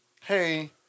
hey